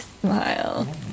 smile